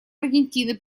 аргентины